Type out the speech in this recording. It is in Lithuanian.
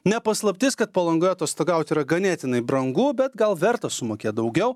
ne paslaptis kad palangoj atostogauti yra ganėtinai brangu bet gal verta sumokėt daugiau